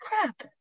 crap